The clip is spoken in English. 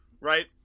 right